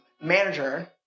manager